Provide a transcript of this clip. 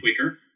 quicker